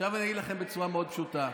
עכשיו אני אגיד לכם בצורה מאוד פשוטה.